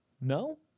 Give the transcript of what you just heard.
No